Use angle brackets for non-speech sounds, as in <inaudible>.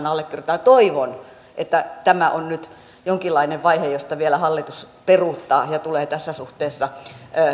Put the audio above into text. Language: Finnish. <unintelligible> allekirjoittaa toivon että tämä on nyt jonkinlainen vaihe josta vielä hallitus peruuttaa ja tulee tässä suhteessa